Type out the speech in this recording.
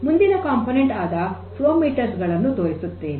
ಮುಂದಿನ ಘಟಕ ಆದ ಫ್ಲೋ ಮೀಟರ್ಸ್ ಗಳನ್ನು ತೋರಿಸುತ್ತೇನೆ